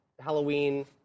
Halloween